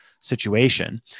situation